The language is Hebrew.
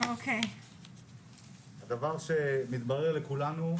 הדבר שמתברר לכולנו,